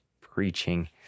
preaching